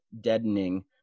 deadening